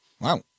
Wow